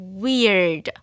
weird